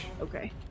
Okay